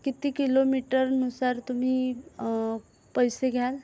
किती किलोमीटरनुसार तुम्ही पैसे घ्याल